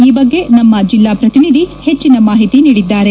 ಈ ಬಗ್ಗೆ ನಮ್ಮ ಜೆಲ್ಲಾ ಪ್ರತಿನಿಧಿ ಹೆಚ್ಚಿನ ಮಾಹಿತಿ ನೀಡಿದ್ದಾರೆ